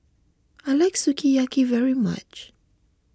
I like Sukiyaki very much